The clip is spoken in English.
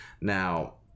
Now